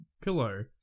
pillow